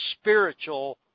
spiritual